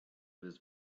this